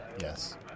Yes